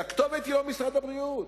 והכתובת היא לא משרד הבריאות,